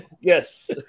Yes